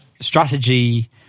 strategy